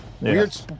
Weird